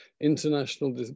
international